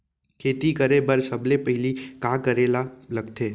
खेती करे बर सबले पहिली का करे ला लगथे?